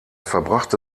verbrachte